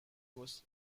also